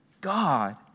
God